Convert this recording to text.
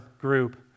group